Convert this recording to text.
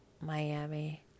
Miami